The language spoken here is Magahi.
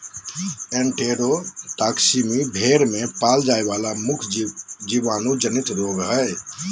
एन्टेरोटॉक्सीमी भेड़ में पाल जाय वला मुख्य जीवाणु जनित रोग हइ